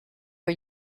for